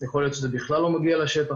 יכול להיות שזה בכלל לא מגיע לשטח.